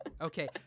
Okay